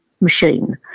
machine